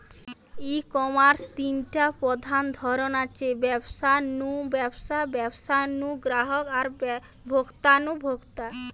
ই কমার্সের তিনটা প্রধান ধরন আছে, ব্যবসা নু ব্যবসা, ব্যবসা নু গ্রাহক আর ভোক্তা নু ভোক্তা